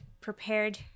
prepared